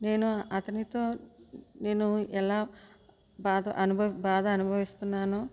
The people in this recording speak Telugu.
నేను అతనితో నేను ఎలా బాధ అనుభవి బాధ అనుభవిస్తున్నానో